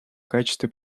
качестве